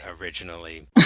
originally